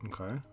okay